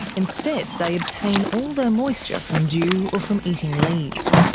instead they obtain all their moisture from dew or from eating leaves.